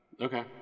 Okay